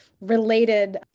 related